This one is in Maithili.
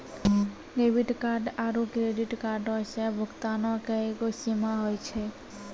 डेबिट कार्ड आरू क्रेडिट कार्डो से भुगतानो के एगो सीमा होय छै